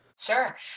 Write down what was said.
Sure